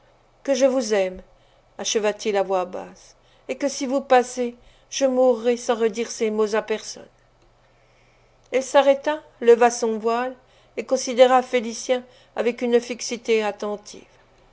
que je vous aime acheva t il à voix basse et que si vous passez je mourrai sans redire ces mots à personne elle s'arrêta leva son voile et considéra félicien avec une fixité attentive